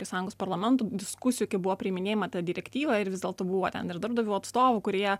sąjungos parlamento diskusijų kai buvo priiminėjama ta direktyva ir vis dėlto buvo ten ir darbdavių atstovų kurie